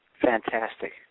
Fantastic